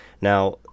Now